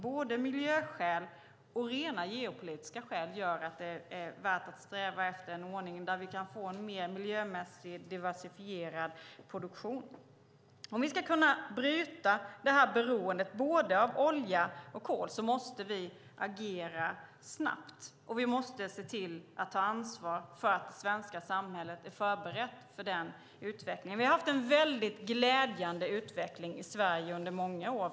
Både miljöskäl och rena geopolitiska skäl gör att det är värt att sträva efter en ordning där vi kan få en mer miljömässigt diversifierad produktion. Om vi ska kunna bryta beroendet både av olja och av kol måste vi agera snabbt, och vi måste se till att ta ansvar för att det svenska samhället är förberett för den utvecklingen. Vi har haft en väldigt glädjande utveckling i Sverige under många år.